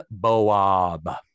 Boab